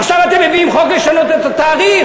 עכשיו אתם מביאים חוק לשנות את התאריך?